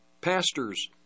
pastors